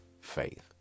faith